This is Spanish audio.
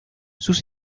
sus